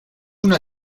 una